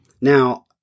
Now